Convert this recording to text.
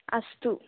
अस्तु